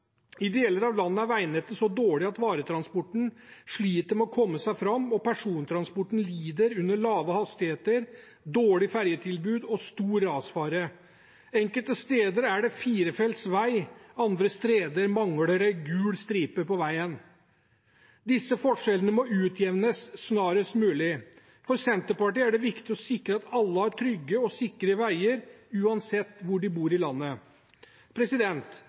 I deler av landet er veinettet så dårlig at varetransporten sliter med å komme seg fram, og persontransporten lider under lave hastigheter, dårlig ferjetilbud og stor rasfare. Enkelte steder er det firefelts vei, andre steder mangler det gul stripe på veien. Disse forskjellene må utjevnes snarest mulig. For Senterpartiet er det viktig å sikre at alle har trygge og sikre veier uansett hvor de bor i landet.